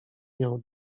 miał